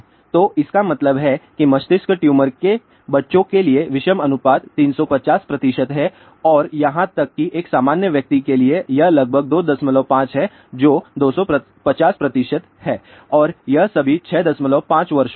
तो इसका मतलब है कि मस्तिष्क ट्यूमर के बच्चों के लिए विषम अनुपात 350 है और यहां तक कि एक सामान्य व्यक्ति के लिए यह लगभग 25 है जो 250 है और यह सभी 65 वर्षों में है